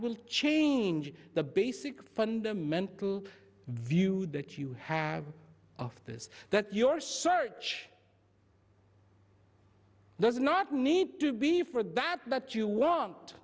will change the basic fundamental view that you have of this that your search does not need to be for that that you want